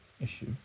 issue